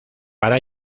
para